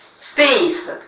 Space